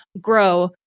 grow